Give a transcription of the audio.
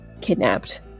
kidnapped